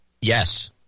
Yes